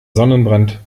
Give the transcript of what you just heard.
sonnenbrand